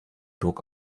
druck